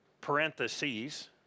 parentheses